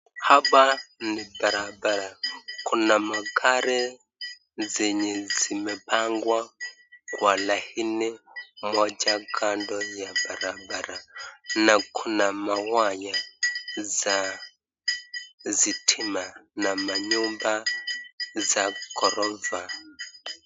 Hapa ni barabara kuna magari zenye zimepangwa kwa laini moja kando ya barabara na kuna mawaya za stima na manyumba za ghorofa.